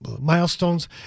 Milestones